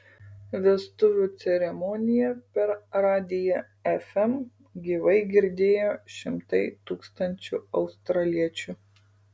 vestuvių ceremoniją per radiją fm gyvai girdėjo šimtai tūkstančių australiečių